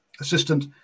assistant